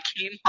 came